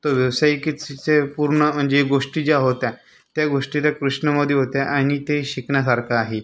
तो व्यावसायिक किचा पूर्ण म्हणजे गोष्टी ज्या होत्या त्या गोष्टी त्या कृष्णामध्ये होत्या आणि ते शिकण्यासारखं आहे